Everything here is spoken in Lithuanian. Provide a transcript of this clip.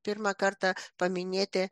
pirmą kartą paminėti